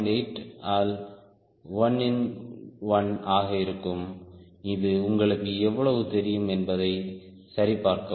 8 ஆல் 1 இன் 1 ஆக இருக்கும் இது உங்களுக்கு எவ்வளவு தெரியும் என்பதை சரிபார்க்கவும்